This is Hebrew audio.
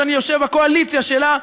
שאני יושב בקואליציה שלה,